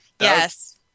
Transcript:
Yes